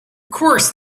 course